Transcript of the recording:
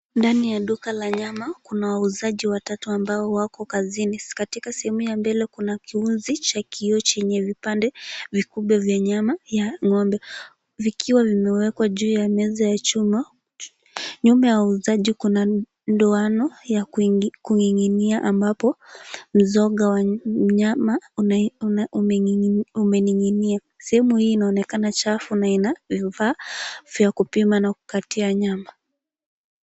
Ndani ya duka la nyama kuna wauzaji watatu ambao wako kazini. Katika sehemu ya mbele kuna kiunzi cha kioo chenye vipande vikubwa vya nyama ya ng'ombe. Vikiwa vimewekwa juu ya meza ya chuma, nyuma ya wauzaji kuna ndoano ya kung'ing'inia ambapo mzoga wa mnyama umening'inia. Sehemu hii inaonekana chafu na ina vifaa vya kupima na kukatia nyama.